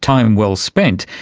time well spent,